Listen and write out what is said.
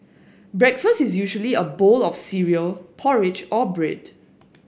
breakfast is usually a bowl of cereal porridge or bread